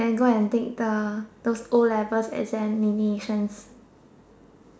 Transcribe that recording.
then go and take the the o-level examinations